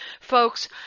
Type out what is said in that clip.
Folks